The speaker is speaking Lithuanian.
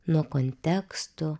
nuo kontekstų